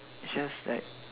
just like